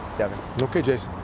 devin. okay, jason.